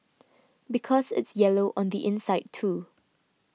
because it's yellow on the inside too